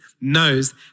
knows